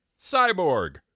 Cyborg